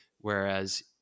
Whereas